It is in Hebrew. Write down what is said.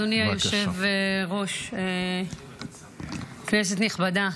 אדוני היושב-ראש, כנסת נכבדה,